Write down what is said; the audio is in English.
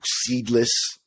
seedless